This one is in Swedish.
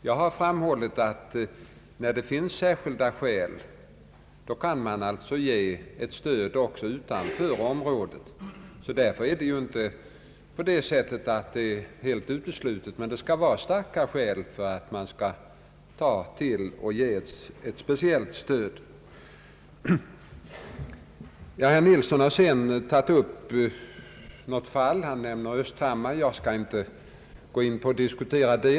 Jag har framhållit att när det finns särskilda skäl, kan man ge stöd också utanför området. Något sådant är därför inte helt uteslutet, men det skall finnas starka skäl för att det skall kunna ges speciellt stöd. Herr Nilsson har tagit upp ett fall — han har nämnt Östhammar — men jag skall inte gå in på att diskutera det.